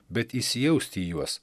bet įsijausti į juos